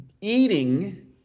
eating